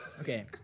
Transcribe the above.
Okay